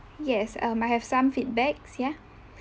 yes um I have some feedbacks ya